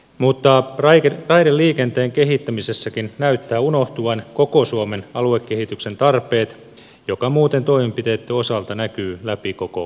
mutta raideliikenteen kehittämisessäkin näyttää unohtuvan koko suomen aluekehityksen tarpeet mikä muuten toimenpiteitten osalta näkyy läpi koko selonteon